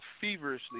feverishly